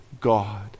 God